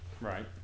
right